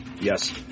yes